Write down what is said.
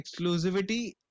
exclusivity